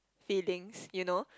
feelings you know